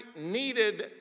needed